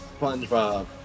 SpongeBob